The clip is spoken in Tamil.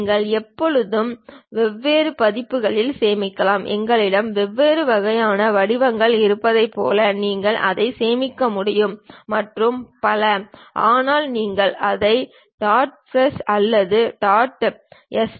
நீங்கள் எப்போதும் வெவ்வேறு பதிப்புகளில் சேமிக்கலாம் உங்களிடம் வெவ்வேறு வகையான வடிவங்கள் இருப்பதைப் போல நீங்கள் அதை சேமிக்க முடியும் மற்றும் பல ஆனால் நீங்கள் அதை டாட் ப்ரட் அல்லது டாட் எஸ்